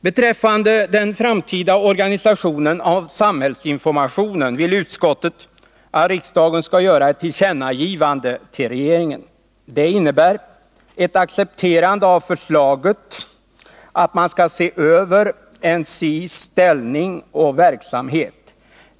Beträffande den framtida organisationen av samhällsinformationen vill Nr 44 utskottet att riksdagen skall göra ett tillkännagivande till regeringen. Det Tisdagen den innebär ett accepterande av förslaget att man skall se över NSI:s ställningoch 9 december 1980 verksamhet.